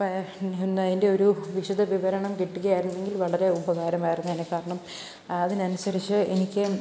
പ പി പിന്നതിൻ്റെ ഒരു വിശദ വിവരണം കിട്ടുകയായിരുന്നെങ്കിൽ വളരെ ഉപകാരമായിരുന്നേനെ കാരണം അതിനനുസരിച്ച് എനിക്ക്